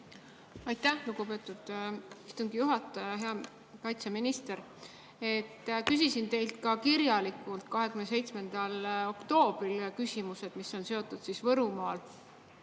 Aitäh, lugupeetud istungi juhataja! Hea kaitseminister! Küsisin teilt ka kirjalikult 27. oktoobril küsimused, mis on seotud Võrumaal